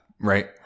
Right